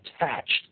attached